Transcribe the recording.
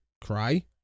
Cry